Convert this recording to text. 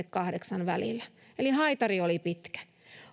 kahdeksan välillä eli haitari oli pitkä